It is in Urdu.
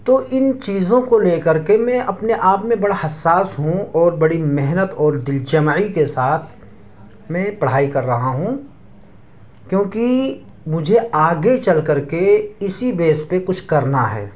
تو ان چیزوں کو لے کر کے میں اپنے آپ میں بڑا حساس ہوں اور بڑی محنت اور دل جمعی کے ساتھ میں پڑھائی کر رہا ہوں کیوںکہ مجھے آگے چل کر کے اسی بیس پہ کچھ کرنا ہے